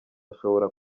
ashobora